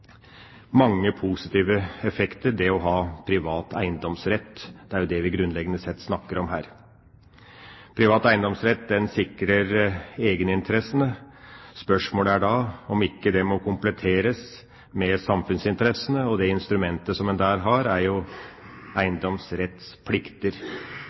mange positive effekter, det å ha privat eiendomsrett. Det er det vi grunnleggende sett snakker om her. Privat eiendomsrett sikrer egeninteressene. Spørsmålet er da om ikke det må kompletteres med samfunnsinteressene. Det instrumentet som en der har, er